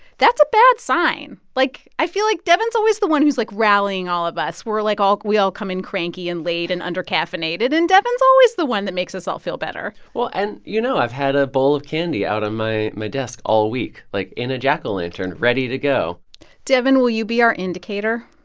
that's a bad sign. like, i feel like devin's always the one who's, like, rallying all of us. we're, like, all we all come in cranky and late and undercaffeinated. and devin's always the one that makes us all feel better well, and you know, i've had a bowl of candy out at my desk all week, like, in a jack-o'-lantern, ready to go devin, will you be our indicator